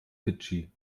fidschi